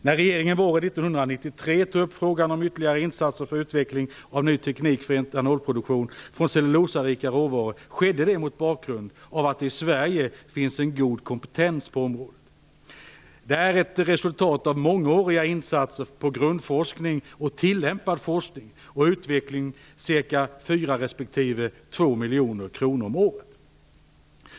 När regeringen våren 1993 tog upp frågan om ytterligare insatser för utveckling av ny teknik för etanolproduktion från cellulosarika råvaror skedde det mot bakgrund av att det i Sverige finns en god kompetens på området. Det är ett resultat av mångåriga insatser för grundforskning, tillämpad forskning och utveckling på ca 4 respektive 2 miljoner kronor om året.